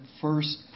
first